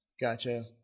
Gotcha